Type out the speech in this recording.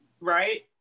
right